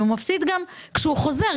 הוא מפסיד גם כשהוא חוזר,